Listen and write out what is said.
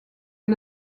est